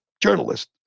journalist